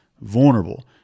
vulnerable